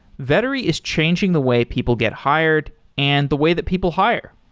vettery is changing the way people get hired and the way that people hire.